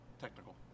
Technical